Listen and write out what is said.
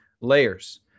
Layers